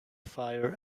fire